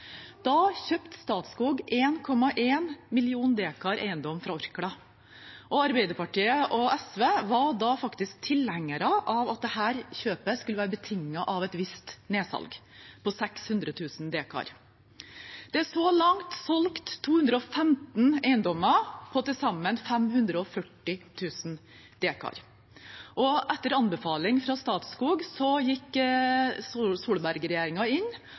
Da kjøpte Statskog 1,1 million dekar eiendom fra Orkla. Arbeiderpartiet og SV var da faktisk tilhengere av at dette kjøpet skulle være betinget av et visst nedsalg – på 600 000 dekar. Det er så langt solgt 215 eiendommer på til sammen 540 000 dekar. Etter anbefaling fra Statskog gikk Solberg-regjeringen inn